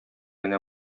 генә